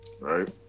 right